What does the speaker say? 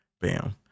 bam